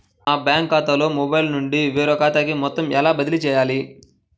నా బ్యాంక్ ఖాతాలో మొబైల్ నుండి వేరే ఖాతాకి మొత్తం ఎలా బదిలీ చేయాలి?